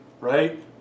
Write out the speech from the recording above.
right